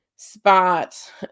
spot